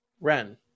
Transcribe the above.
Ren